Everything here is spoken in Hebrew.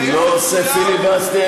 אני לא עושה פיליבסטר.